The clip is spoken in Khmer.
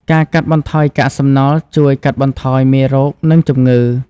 ការកាត់បន្ថយកាកសំណល់ជួយកាត់បន្ថយមេរោគនិងជំងឺ។